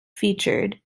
featured